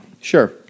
Sure